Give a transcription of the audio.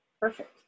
Perfect